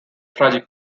tragic